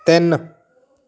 ਤਿੰਨ